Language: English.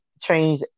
change